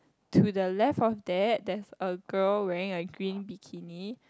to the left of that there is a girl wearing a green bikini